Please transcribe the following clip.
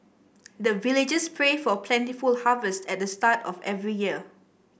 the villagers pray for plentiful harvest at the start of every year